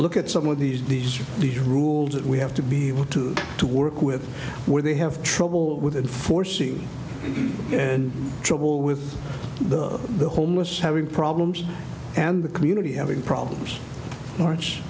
look at some of these these these rules that we have to be able to to work with where they have trouble with enforcing and trouble with the homeless having problems and the community having problems lar